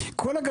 בוקר טוב לכולם,